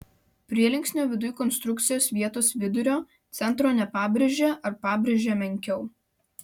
prielinksnio viduj konstrukcijos vietos vidurio centro nepabrėžia ar pabrėžia menkiau